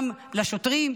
גם לשוטרים,